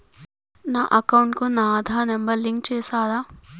నా అకౌంట్ కు నా ఆధార్ నెంబర్ లింకు చేసారా